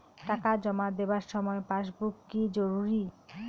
টাকা জমা দেবার সময় পাসবুক কি জরুরি?